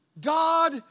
God